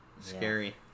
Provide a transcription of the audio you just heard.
Scary